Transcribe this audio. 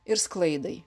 ir sklaidai